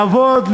לעבוד,